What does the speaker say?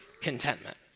contentment